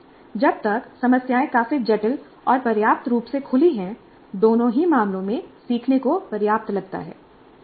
जब तक समस्याएं काफी जटिल और पर्याप्त रूप से खुली हैं दोनों ही मामलों में सीखने को पर्याप्त लगता है